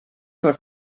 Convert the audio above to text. for